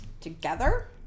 together